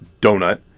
donut